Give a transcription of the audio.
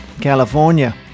California